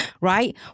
right